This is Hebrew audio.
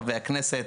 חברי הכנסת,